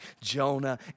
Jonah